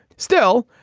still,